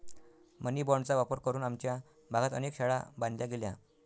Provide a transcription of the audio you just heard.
मनी बाँडचा वापर करून आमच्या भागात अनेक शाळा बांधल्या गेल्या